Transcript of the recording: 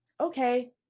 okay